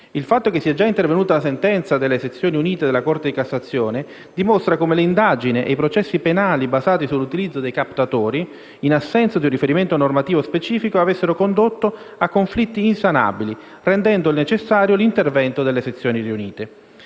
Il fatto che sia già intervenuta una sentenza delle sezioni unite della Corte di cassazione dimostra come le indagini e i processi penali basati sull'utilizzo dei captatori, in assenza di un riferimento normativo specifico, avessero condotto a conflitti insanabili rendendo necessario l'intervento delle sezioni unite.